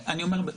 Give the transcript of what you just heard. גסה,